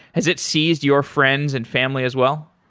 has it seized your friends and family as well?